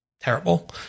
terrible